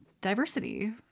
diversity